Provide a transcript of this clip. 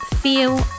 feel